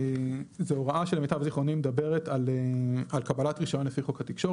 זו הוראה שלמיטב זכרוני מדברת על קבלת רישיון לפי חוק התקשורת,